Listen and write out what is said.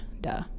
Duh